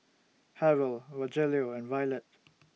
Harold Rogelio and Violette